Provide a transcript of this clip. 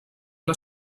una